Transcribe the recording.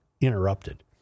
interrupted